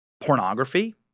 pornography